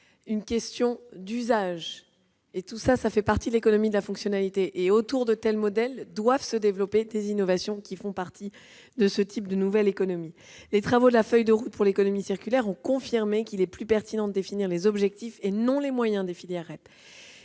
une question d'usage qui fait partie de l'économie de la fonctionnalité. Autour de tels modèles doivent se développer des innovations inhérentes à ce type de nouvelle économie. Les travaux de la feuille de route pour l'économie circulaire ont confirmé qu'il est plus pertinent de définir les objectifs et non les moyens des filières REP.